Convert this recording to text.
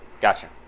Gotcha